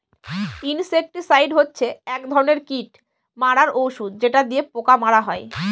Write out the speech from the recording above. insecticide হচ্ছে এক ধরনের কীট মারার ঔষধ যেটা দিয়ে পোকা মারা হয়